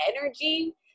energy